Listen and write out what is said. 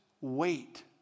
wait